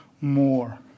more